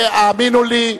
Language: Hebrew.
האמינו לי.